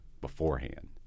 beforehand